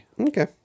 Okay